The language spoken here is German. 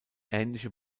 ähnliche